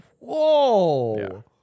Whoa